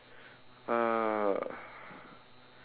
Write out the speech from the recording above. uh